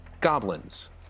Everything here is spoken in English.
goblins